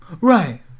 Right